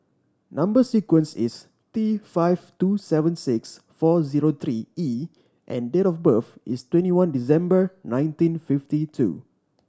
number sequence is T five two seven six four zero three E and date of birth is twenty one December nineteen fifty two